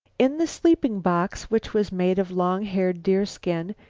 in the sleeping-box, which was made of long-haired deerskins,